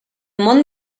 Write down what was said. món